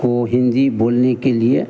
को हिन्दी बोलने के लिए